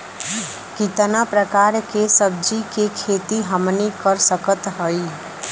कितना प्रकार के सब्जी के खेती हमनी कर सकत हई?